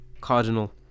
Cardinal